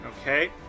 Okay